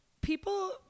people